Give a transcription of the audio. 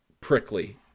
prickly